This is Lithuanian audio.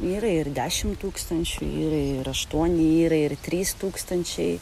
yra ir dešimt tūkstančių yra ir aštuoni yra ir trys tūkstančiai